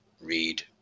read